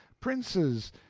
princes,